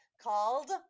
called